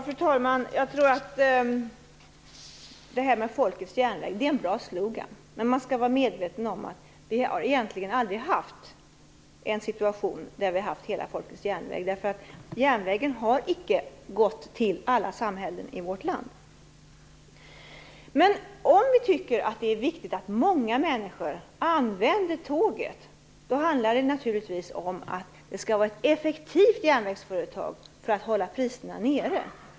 Fru talman! Jag tror att detta med folkets järnväg är en bra slogan, men man skall vara medveten om att vi egentligen aldrig har haft en situation där vi har haft hela folkets järnväg. Järnvägen har inte gått till alla samhällen i vårt land. Om vi tycker att det är viktigt att många människor använder tåget handlar det naturligtvis om att det skall vara ett effektivt järnvägsföretag för att hålla priserna nere.